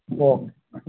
okay